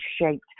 shaped